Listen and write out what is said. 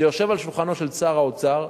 זה יושב על שולחנו של שר האוצר.